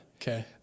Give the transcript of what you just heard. Okay